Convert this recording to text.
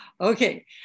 Okay